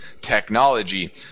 technology